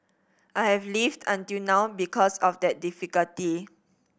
I've lived until now because of that difficulty